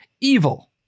evil